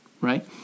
right